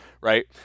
right